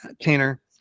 Tanner